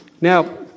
Now